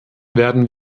werden